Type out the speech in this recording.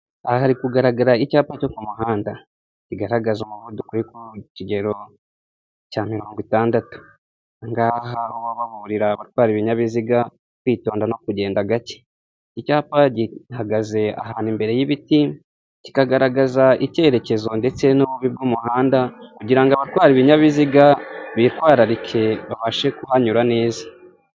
Aha hari kugaragara icyapa cyo mu muhanda bigaragaza umuvunduko w'ikigero cya mirongo itandatu, ahangaha baba baburira abatwara ibinyabiziga kwitonda no kugenda gake. Icyapa gihagaze ahantu imbere y'ibiti, kikagaragaza icyerekezo ndetse n'ububi bw'umuhanda kugirango abatwara ibinyabiziga bitwararike babashe kuhanyura neza.